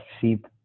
sheep